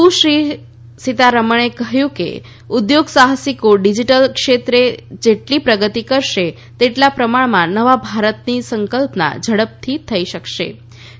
સુશ્રી સીતારામને કહ્યું કે ઉદ્યોગ સાહસિકો ડિજીટલ ક્ષેત્રે જેટલી પ્રગતિ કરસે તેટલા પ્રમાણમાં નવા ભારતની સંકલ્પના ઝડપથઈ ચરિતાર્થ થશે